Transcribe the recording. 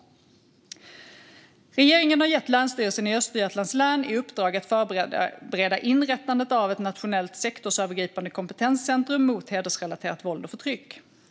Regeringen har gett Länsstyrelsen i Östergötlands län i uppdrag att förbereda inrättandet av ett nationellt sektorsövergripande kompetenscentrum mot hedersrelaterat våld och förtryck.